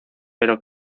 pero